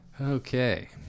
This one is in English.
okay